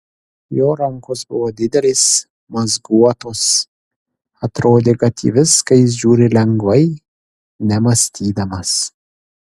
jo rankos buvo didelės mazguotos atrodė kad į viską jis žiūri lengvai nemąstydamas